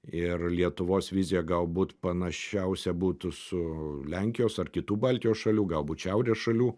ir lietuvos vizija galbūt panašiausia būtų su lenkijos ar kitų baltijos šalių galbūt šiaurės šalių